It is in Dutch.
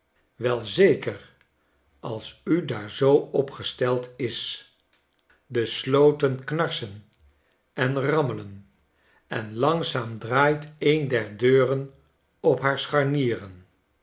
wel zeker als u daar zoo op gesteld is de sloten knarsen en rammelen en langzaam draait een der deuren op haar scharnieren